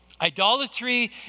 Idolatry